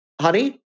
honey